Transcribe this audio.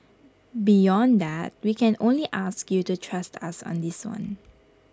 beyond that we can only ask you to trust us on this one